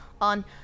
on